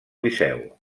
liceu